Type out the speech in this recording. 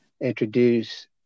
introduce